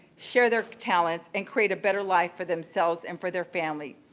share their talent and create a better life for themselves and for their family.